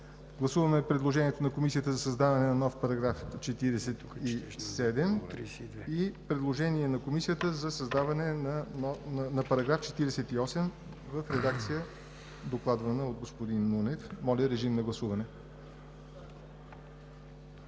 Гласуваме предложението на Комисията за създаване на нов § 47 и предложение на Комисията за създаване на § 48 в редакция, докладвана от господин Нунев. Гласували